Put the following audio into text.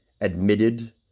admitted